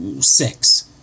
six